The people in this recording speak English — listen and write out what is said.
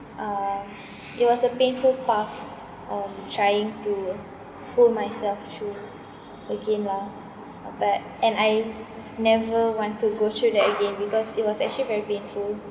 uh it was a painful path um trying to pull myself through again lah uh back and I never want to go through that again because it was actually very painful